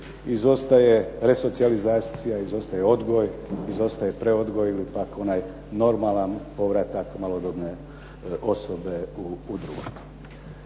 izostaje resocijalizacija, izostaje odgoj, izostaje preodgoj, ili pak onaj normalan povratak malodobne osobe u društvu.